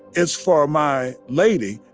it's for my lady.